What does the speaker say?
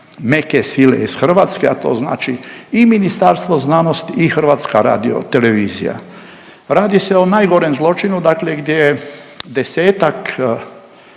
meke sile iz Hrvatske, a to znači i Ministarstvo znanosti i HRT. Radi se o najgorem zločinu dakle gdje je desetak